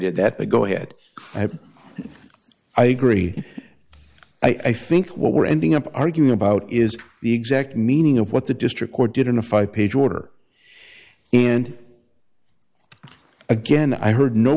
did that to go ahead i agree i think what we're ending up arguing about is the exact meaning of what the district court did in a five page order and again i heard no